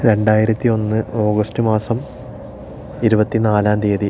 രണ്ടായിരത്തി ഒന്ന് ഓഗസ്റ്റ് മാസം ഇരുപത്തി നാലാം തീയ്യതി